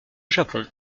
japon